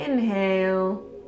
inhale